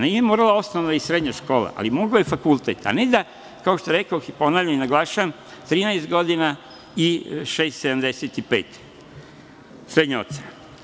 Nije morala osnovna i srednja škola, ali mogao je fakultet, a ne da kao što rekoh, i ponavljam, i naglašavam, 13 godina i 6,75 srednja ocena.